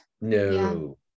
no